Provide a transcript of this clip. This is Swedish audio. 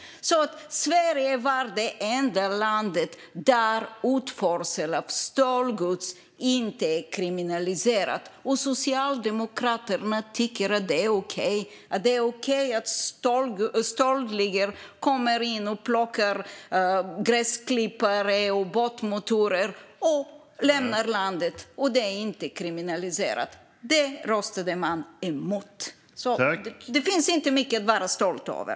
Sverige är det enda landet där utförsel av stöldgods inte är kriminaliserat, och Socialdemokraterna tycker att det är okej. Det är okej för dem att stöldligor kommer hit och tar gräsklippare och båtmotorer och lämnar landet. De röstade emot att kriminalisera detta. Det finns inte mycket för Socialdemokraterna att vara stolta över.